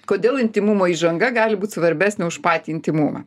kodėl intymumo įžanga gali būt svarbesnė už patį intymumą